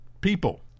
people